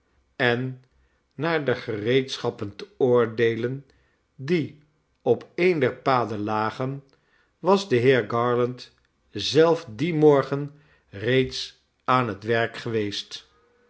en naar de gereedschappen te oordeelen die op een der paden lagen was de heer garland zelf dien morgen reeds aan het werk geweest